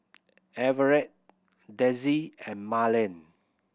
Everet Dezzie and Marland